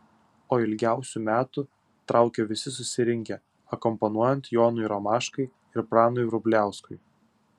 o ilgiausių metų traukė visi susirinkę akompanuojant jonui romaškai ir pranui vrubliauskui